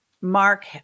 Mark